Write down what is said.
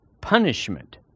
punishment